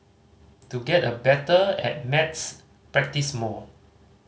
to get a better at maths practise more